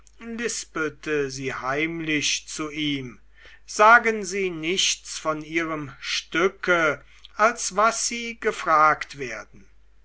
sie heimlich zu ihm sagen sie nichts von ihrem stücke als was sie gefragt werden